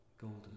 Golden